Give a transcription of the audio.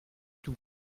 tout